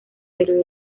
pero